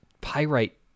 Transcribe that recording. pyrite